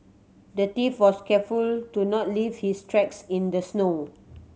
the thief was careful to not leave his tracks in the snow